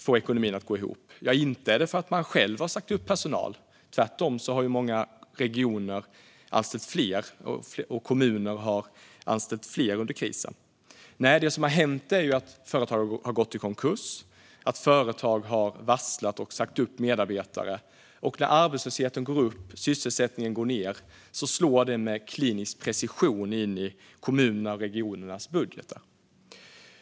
Ja, inte är det för att för att man själv har sagt upp personal. Tvärtom har många regioner och kommuner anställt fler under krisen. Men det som har hänt är att företag har gått i konkurs och att företag har varslat och sagt upp medarbetare. När arbetslösheten går upp och sysselsättningen går ned slår det med klinisk precision in i kommunernas och regionernas budgetar.